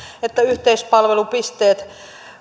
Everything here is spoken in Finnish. että yhteispalvelupisteet